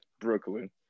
Brooklyn